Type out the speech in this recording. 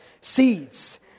seeds